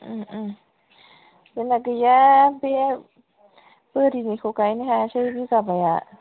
जोंना गैया बे बोरिनिखौ गायनो हायासै बिगाबाया